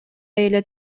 эле